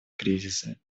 кризисы